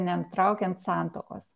nenutraukiant santuokos